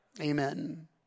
Amen